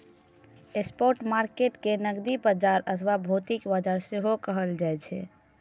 spot market कें नकदी बाजार अथवा भौतिक बाजार सेहो कहल जाइ छै